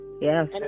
Yes